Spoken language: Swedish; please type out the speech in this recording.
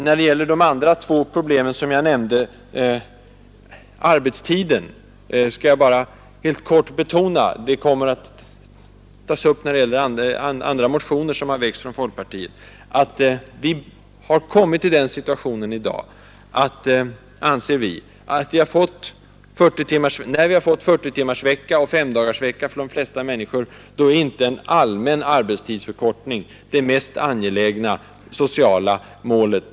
När det gäller arbetstiden skall jag bara helt kort betona att den frågan tas upp i en partimotion som väckts av folkpartiet. När de flesta människor har fått 40-timmarsvecka och 5-dagarsvecka är inte allmän arbetstidsförkortning det mest angelägna sociala målet.